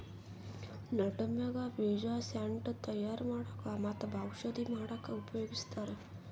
nutmeg ಬೀಜ scent ತಯಾರ್ ಮಾಡಕ್ಕ್ ಮತ್ತ್ ಔಷಧಿ ಮಾಡಕ್ಕಾ ಉಪಯೋಗಸ್ತಾರ್